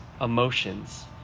emotions